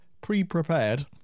pre-prepared